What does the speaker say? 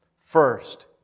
First